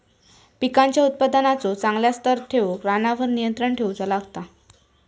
पिकांच्या उत्पादनाचो चांगल्या स्तर ठेऊक रानावर नियंत्रण ठेऊचा लागता